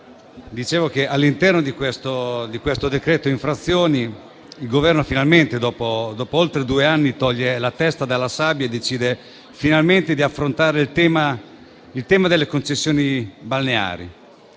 all'interno di questo decreto-legge infrazioni il Governo, dopo oltre due anni, toglie la testa dalla sabbia e decide finalmente di affrontare il tema delle concessioni balneari.